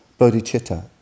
bodhicitta